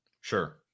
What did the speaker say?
Sure